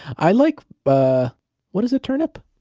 i like. but what is a turnip?